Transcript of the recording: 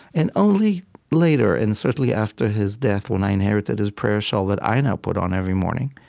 and only later, and certainly after his death, when i inherited his prayer shawl that i now put on every morning,